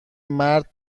مرد